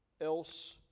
else